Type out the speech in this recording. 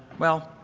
well,